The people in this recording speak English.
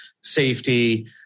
safety